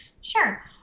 Sure